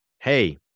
hey